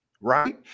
right